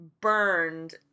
burned